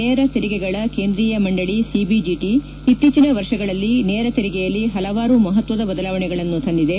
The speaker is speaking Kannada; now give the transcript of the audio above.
ನೇರ ತೆರಿಗೆಗಳ ಕೇಂದ್ರೀಯ ಮಂಡಳಿ ಸಿಬಿಡಿಟ ಇತ್ತೀಚಿನ ವರ್ಷಗಳಲ್ಲಿ ನೇರ ತೆರಿಗೆಯಲ್ಲಿ ಪಲವಾರು ಮಹತ್ವದ ಬದಲಾವಣೆಗಳನ್ನು ತಂದಿದೆ